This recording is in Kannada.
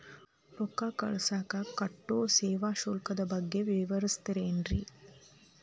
ರೊಕ್ಕ ಕಳಸಾಕ್ ಕಟ್ಟೋ ಸೇವಾ ಶುಲ್ಕದ ಬಗ್ಗೆ ವಿವರಿಸ್ತಿರೇನ್ರಿ?